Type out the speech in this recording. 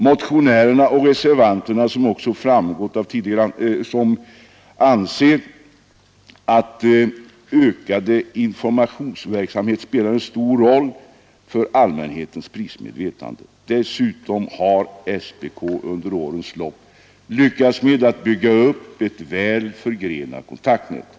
Motionärerna och reservanterna anser att ökad informationsverksamhet spelar en stor roll för allmänhetens prismedvetande. Nu har SPK under årens lopp lyckats bygga upp ett väl förgrenat kontaktnät.